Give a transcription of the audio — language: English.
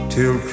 Till